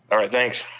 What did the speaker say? all right, thanks.